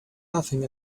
laughing